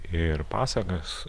ir pasakas